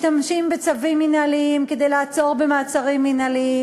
משתמשים בצווים מינהליים כדי לעצור במעצרים מינהליים,